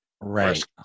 right